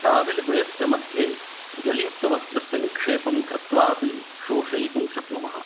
टाविल्द्वयस्यमध्ये जल्युक्तवस्त्रस्य निक्षेपं कृत्वा अपि शोषयितुं शक्नुमः